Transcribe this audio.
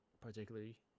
particularly